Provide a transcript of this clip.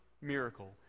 miracle